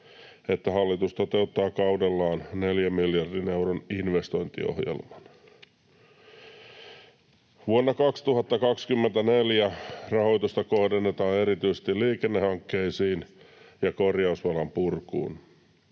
että hallitus toteuttaa kaudellaan 4 miljardin euron investointiohjelman. Vuonna 2024 rahoitusta kohdennetaan erityisesti liikennehankkeisiin ja korjausvelan purkuun.